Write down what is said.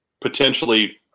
potentially